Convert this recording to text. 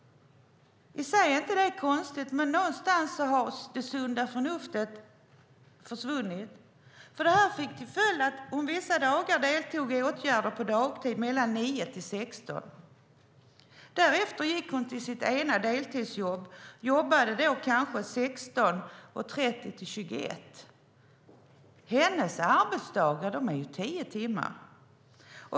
Det är inget konstigt i sig, men någonstans har det sunda förnuftet försvunnit. Det får nämligen till följd att hon vissa dagar deltar i åtgärder på dagtid mellan 9 och 16. Därefter går hon till sitt ena deltidsjobb och jobbar då kanske 16.30-21. Hennes arbetsdagar är tio timmar.